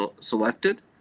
selected